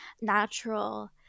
natural